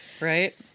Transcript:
Right